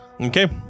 Okay